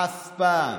אף פעם.